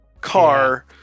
car